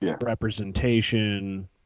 representation